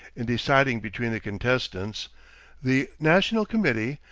in deciding between the contestants the national committee,